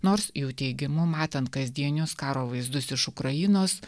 nors jų teigimu matant kasdienius karo vaizdus iš ukrainos